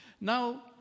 Now